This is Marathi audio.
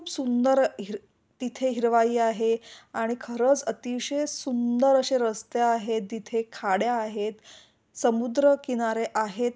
खूप सुंदर हिर तिथे हिरवाई आहे आणि खरंच अतिशय सुंदर अशे रस्ते आहेत तिथे खाड्या आहेत समुद्र किनारे आहेत